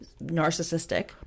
narcissistic